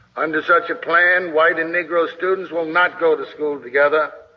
under such a plan, white and negro students will not go to school together.